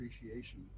appreciation